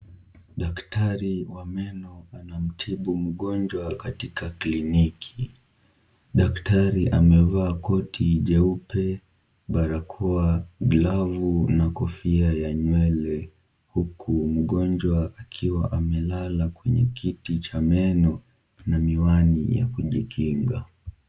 Daktari wa meno anamtibu mgonjwa katika kliniki, daktari amevaa koti jeupe, barakoa, glavu na kofia ya nywele, huku mgonjwa akiwa amelala kwenye kiti cha meno na miwani ya kujikinga.